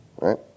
right